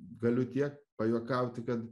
galiu tiek pajuokauti kad